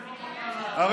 איפה,